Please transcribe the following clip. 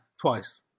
twice